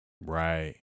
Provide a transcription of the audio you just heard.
Right